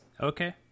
Okay